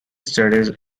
studies